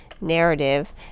narrative